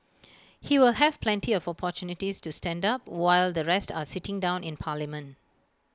he will have plenty of opportunities to stand up while the rest are sitting down in parliament